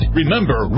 Remember